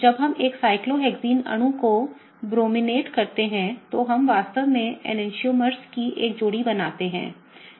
जब हम एक cyclohexene अणु को ब्रोमिनेट करते हैं तो हम वास्तव में enantiomers की एक जोड़ी बनाते हैं